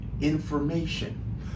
information